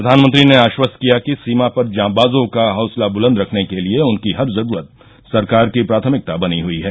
प्रधानमंत्री ने आश्वस्त किया कि सीमा पर जाबाजों का हौसला बुलंद रखने के लिए उनकी हर जरूरत सरकार की प्राथमिकता बनी हई है